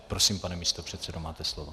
Prosím, pane místopředsedo, máte slovo.